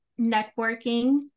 networking